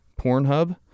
Pornhub